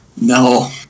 No